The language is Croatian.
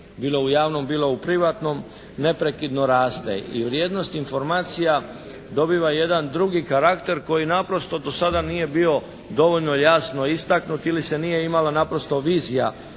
bilo u javnom bilo u privatnom neprekidno raste i vrijednost informacija dobiva jedan drugi karakter koji naprosto do sada nije bio dovoljno jasno istaknut ili se nije imala naprosto vizija